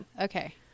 Okay